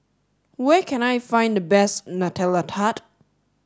where can I find the best Nutella Tart